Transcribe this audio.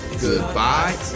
goodbye